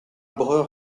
breur